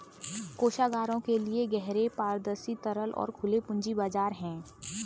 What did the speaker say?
कोषागारों के लिए गहरे, पारदर्शी, तरल और खुले पूंजी बाजार हैं